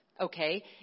okay